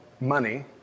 money